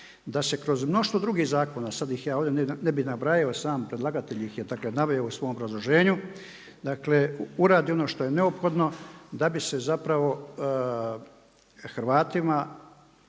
da se kroz mnoštvo drugih zakona, sad ih ja ovdje ne bih nabrajao. I sam predlagatelj ih je, dakle naveo u svom obrazloženju. Dakle uradi ono što je neophodno da bi se zapravo Hrvatima